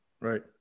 Right